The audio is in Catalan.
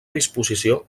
disposició